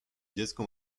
dziecko